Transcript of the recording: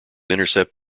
intercept